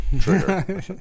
trigger